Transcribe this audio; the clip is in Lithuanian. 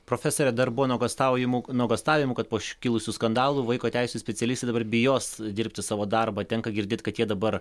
profesore dar buvo nuogąstaujimų nuogąstavimų kad po iškilusių skandalų vaiko teisių specialistai dabar bijos dirbti savo darbą tenka girdėti kad jie dabar